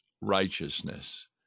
righteousness